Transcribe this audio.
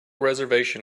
reservation